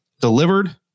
delivered